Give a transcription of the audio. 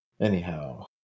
Anyhow